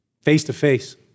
face-to-face